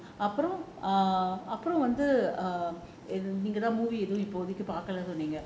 அப்புறம் அப்புறம் வந்து நீங்க எதும் பாக்கலேன்னு சொன்னீங்க:appuram appuram vanthu neenga ethum paakkalenu sollala